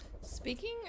speaking